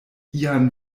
ian